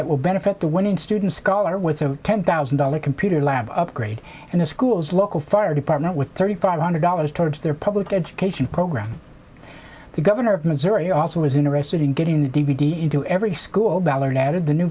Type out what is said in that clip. that will benefit the winning student scholar with a ten thousand dollars computer lab upgrade and the school's local fire department with thirty five hundred dollars towards their public education program the governor of missouri also is interested in getting the d v d into every school ballard added the new